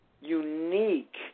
unique